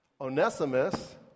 Onesimus